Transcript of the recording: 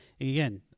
again